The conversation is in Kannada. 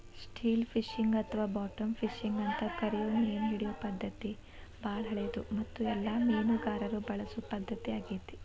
ಸ್ಟಿಲ್ ಫಿಶಿಂಗ್ ಅಥವಾ ಬಾಟಮ್ ಫಿಶಿಂಗ್ ಅಂತ ಕರಿಯೋ ಮೇನಹಿಡಿಯೋ ಪದ್ಧತಿ ಬಾಳ ಹಳೆದು ಮತ್ತು ಎಲ್ಲ ಮೇನುಗಾರರು ಬಳಸೊ ಪದ್ಧತಿ ಆಗೇತಿ